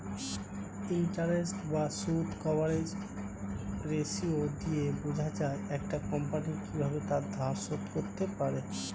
interest বা সুদ coverage ratio দিয়ে বোঝা যায় একটা কোম্পানি কিভাবে তার ধার শোধ করতে পারে